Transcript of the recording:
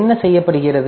என்ன செய்யப்படுகிறது